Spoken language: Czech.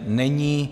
Není.